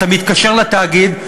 אתה מתקשר לתאגיד,